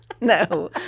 No